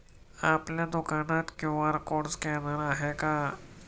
आपल्या दुकानात QR code scanner आहे का?